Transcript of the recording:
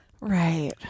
right